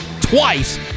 twice